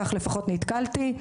כך לפחות נתקלתי,